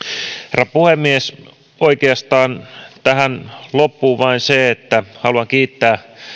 herra puhemies oikeastaan tähän loppuun vain se että haluan kiittää